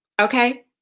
okay